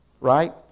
right